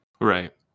right